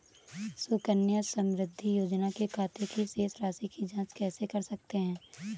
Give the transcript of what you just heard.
सुकन्या समृद्धि योजना के खाते की शेष राशि की जाँच कैसे कर सकते हैं?